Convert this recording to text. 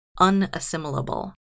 unassimilable